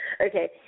okay